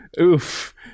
oof